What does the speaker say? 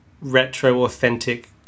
retro-authentic